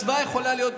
הצבעה יכולה להיות,